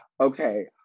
okay